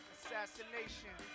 Assassination